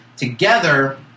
Together